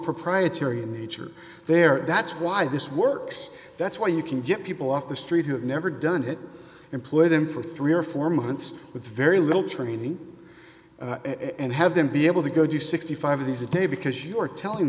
proprietary in nature there that's why this works that's why you can get people off the street who have never done it employ them for three or four months with very little training and have them be able to go do sixty five of these a day because you're telling